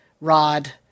rod